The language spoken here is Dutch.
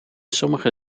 sommige